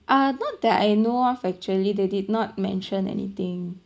uh not that I know of actually they did not mention anything